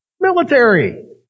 Military